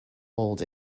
old